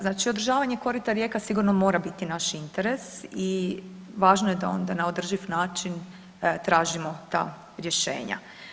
Znači održavanje korita rijeka sigurno mora biti naši interes i važno je da na održiv način tražimo ta rješenja.